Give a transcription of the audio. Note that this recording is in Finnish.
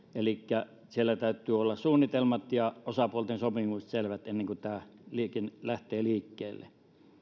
elikkä siellä täytyy olla suunnitelmat ja osapuolten sopimukset selvät ennen kuin tämä lähtee liikkeelle